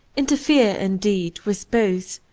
interfere, indeed, with both.